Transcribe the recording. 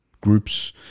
groups